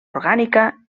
orgànica